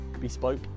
bespoke